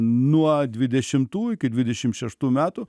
nuo dvidešimtų iki dvidešim šeštų metų